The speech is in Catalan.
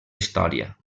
història